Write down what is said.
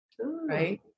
Right